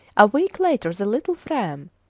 a week later the little fram,